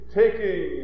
taking